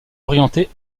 orienté